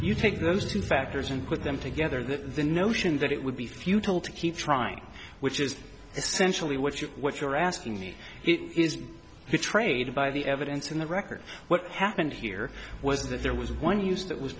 you take those two factors and put them together the notion that it would be futile to keep trying which is essentially what you what you're asking me is betrayed by the evidence in the record what happened here was that there was one use that was